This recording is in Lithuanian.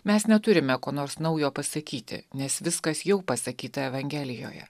mes neturime ko nors naujo pasakyti nes viskas jau pasakyta evangelijoje